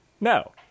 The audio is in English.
No